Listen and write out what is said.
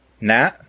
Nat